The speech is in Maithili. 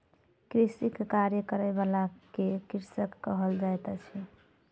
कृषिक कार्य करय बला के कृषक कहल जाइत अछि